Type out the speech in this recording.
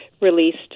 released